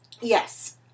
yes